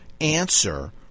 answer